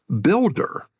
builder